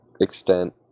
extent